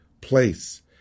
place